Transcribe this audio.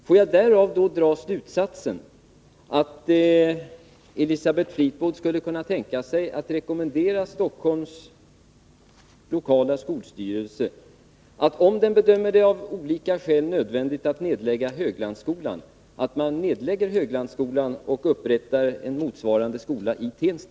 Får jag därav dra slutsatsen att Elisabeth Fleetwood skulle kunna tänka sig att rekommendera Stockholms lokala skolstyrelse att, om den bedömer det av olika skäl nödvändigt, lägga ner Höglandsskolan och upprätta en motsvarande skola i Tensta?